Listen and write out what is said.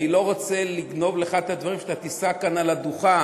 אני לא רוצה לגנוב לך את הדברים שאתה תישא כאן על הדוכן.